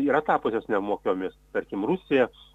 yra tapusios nemokiomis tarkim rusija